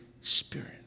Spirit